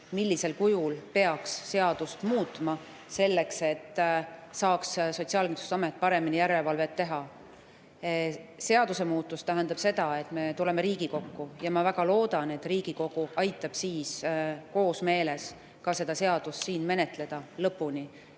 millisel kujul peaks seadust muutma, selleks et Sotsiaalkindlustusamet saaks paremini järelevalvet teha. Seadusemuudatus tähendab seda, et me tuleme Riigikokku, ja ma väga loodan, et Riigikogu aitab siis koosmeeles seda seadust siin lõpuni